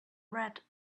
red